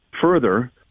Further